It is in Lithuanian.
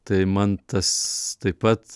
tai man tas taip pat